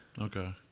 okay